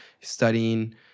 studying